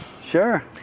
Sure